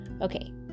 Okay